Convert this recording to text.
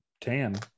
tan